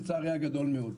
לצערי הגדול מאוד.